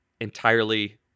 entirely